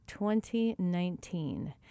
2019